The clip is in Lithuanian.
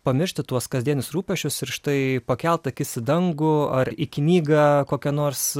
pamiršti tuos kasdienius rūpesčius ir štai pakelt akis į dangų ar į knygą kokią nors